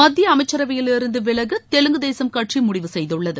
மத்திய அமைச்சரவையிலிருந்து விலக தெலுங்கு தேசும் கட்சி முடிவு செய்துள்ளது